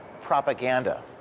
propaganda